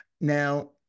Now